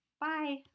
Bye